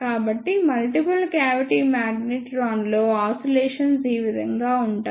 కాబట్టి multiple cavity మాగ్నెట్రాన్లో ఆసిలేషన్లు ఈ విధంగా ఉంటాయి